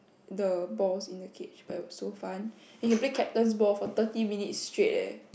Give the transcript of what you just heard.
the balls in the cage but it was so fun you can play captain's ball for thirty minutes straight eh